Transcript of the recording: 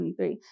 2023